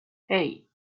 hey